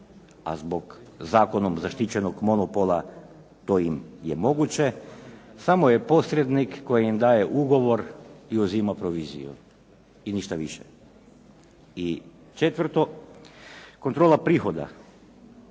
a zbog zakonom zaštićenog monopola to im je moguće, samo je posrednik koji im daje ugovor i uzima proviziju i ništa više. I četvrto, kontrola prihoda